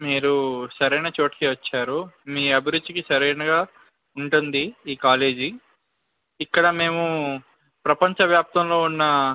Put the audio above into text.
మీరు సరైన చోటుకే వచ్చారు మీ అభిరుచికి సరైనదిగా ఉంటుంది ఈ కాలేజీ ఇక్కడ మేము ప్రపంచ వ్యాప్తంలో ఉన్న